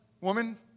woman